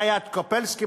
והיה קוברסקי,